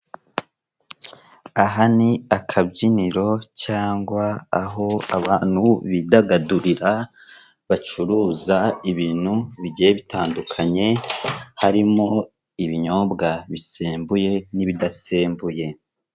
Aha ni akabyiniro cyangwa aho abantu bidagadurira bacuruza ibintu bigiye bitandukanye harimo ibinyobwa bisembuye nibidasembuye.